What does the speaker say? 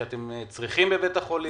שאתם צריכים בבית החולים?